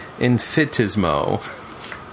Infitismo